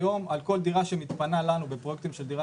היום על כל דירה שמתפנה לנו בפרויקטים של דירה